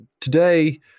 today